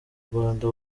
rwanda